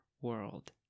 world